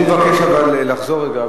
אבל הוא מבקש לחזור רגע,